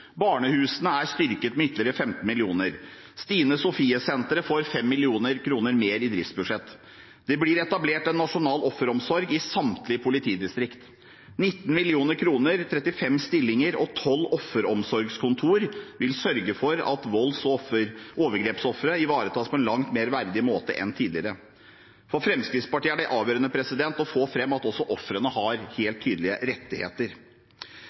Barnehusene er styrket med ytterligere 15 mill. kr, og Stine Sofie Senteret får 5 mill. kr mer i driftsbudsjett. Det blir etablert en nasjonal offeromsorg i samtlige politidistrikter. 19 mill. kr, 35 stillinger og 12 offeromsorgskontor vil sørge for at volds- og overgrepsofre ivaretas på en langt mer verdig måte enn tidligere. For Fremskrittspartiet er det avgjørende å få fram at også ofrene har helt tydelige rettigheter.